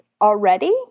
already